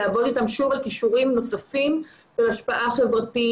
לעבוד אתם שוב על כישורים נוספים של השפעה חברתית,